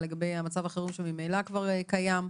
לגבי מצב החירום שממילא כבר קיים.